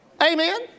Amen